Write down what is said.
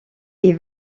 est